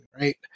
right